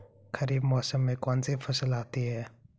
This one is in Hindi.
खरीफ मौसम में कौनसी फसल आती हैं?